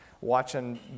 watching